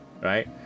right